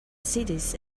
cities